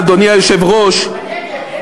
והערה אחרונה, אדוני היושב-ראש, בנגב אין מים.